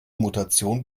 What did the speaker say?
mutation